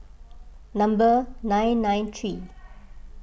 number nine nine three